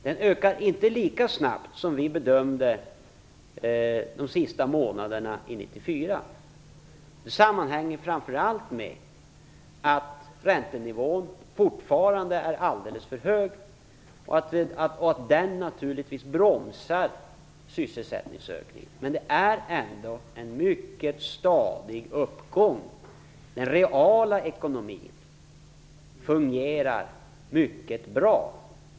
Den ökar inte lika snabbt som vi bedömde under de senaste månaderna år 1994, vilket framför allt sammanhänger med att räntenivån fortfarande är alldeles för hög och att den naturligtvis bromsar sysselsättningsökningen. Men det är ändå en mycket stadig uppgång. Den reala ekonomin fungerar mycket bra.